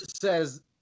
says